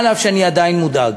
אף שאני עדיין מודאג.